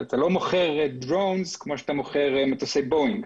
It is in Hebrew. אתה לא מוכר --- כמו שאתה מוכר מטוסי בואינג.